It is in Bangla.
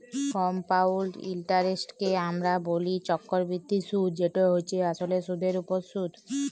কমপাউল্ড ইলটারেস্টকে আমরা ব্যলি চক্করবৃদ্ধি সুদ যেট হছে আসলে সুদের উপর সুদ